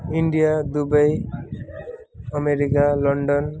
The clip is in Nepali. India Dubai America London